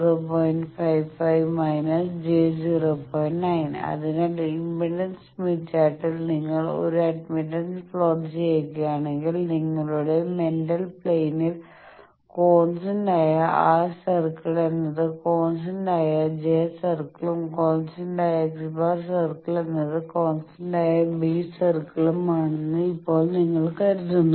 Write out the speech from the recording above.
9 അതിനാൽ impedance Smith ചാർട്ടിൽ നിങ്ങൾക്ക് ഒരു അഡ്മിറ്റൻസ് പ്ലോട്ട് ചെയ്യണമെങ്കിൽ നിങ്ങളുടെ മെന്റൽ പ്ലെയിനിൽ കോൺസ്റ്റന്റായ R സർക്കിൾ എന്നത് കോൺസ്റ്റന്റായ J സർക്കിളും കോൺസ്റ്റന്റായ x̄ സർക്കിൾ എന്നത് കോൺസ്റ്റന്റായ B സർക്കിളും ആണെന്ന് ഇപ്പോൾ നിങ്ങൾ കരുതുന്നു